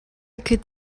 could